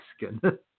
Mexican